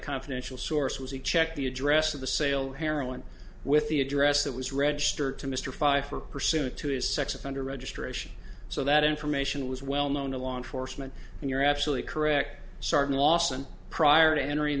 confidential source was a check the address of the sale heroin with the address that was registered to mr pfeifer pursuant to his sex offender registration so that information was well known to law enforcement and you're absolutely correct sergeant lawson prior to entering